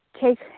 take